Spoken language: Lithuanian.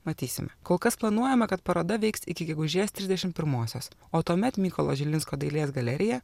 matysime kol kas planuojama kad paroda veiks iki gegužės trisdešimt pirmosios o tuomet mykolo žilinsko dailės galerija